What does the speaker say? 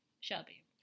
Shelby